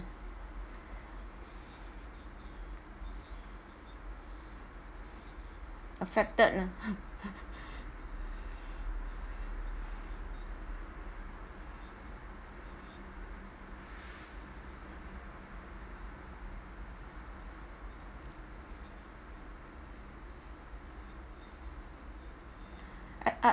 affected ah uh